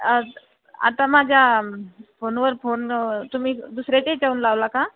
आत आता माझ्या फोनवर फोन तुम्ही दुसऱ्याच्या ह्याच्यावरून लावला का